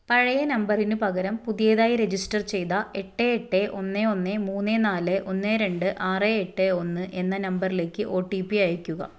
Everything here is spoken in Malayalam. പഴയ നമ്പറിന് പകരം പുതിയതായി രജിസ്റ്റർ ചെയ്ത എട്ട് എട്ട് ഒന്ന് ഒന്ന് മൂന്ന് നാല് ഒന്ന് രണ്ട് ആറ് എട്ട് ഒന്ന് എന്ന നമ്പറിലേക്ക് ഒ ടി പി അയയ്ക്കുക